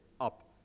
up